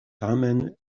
tamen